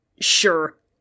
Sure